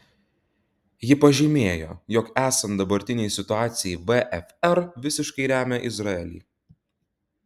ji pažymėjo jog esant dabartinei situacijai vfr visiškai remia izraelį